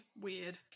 weird